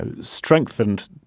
strengthened